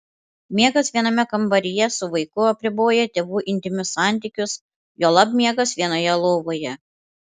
miegas viename kambaryje su vaiku apriboja tėvų intymius santykius juolab miegas vienoje lovoje